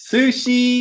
Sushi